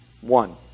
One